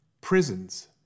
prisons